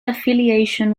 affiliation